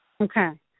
Okay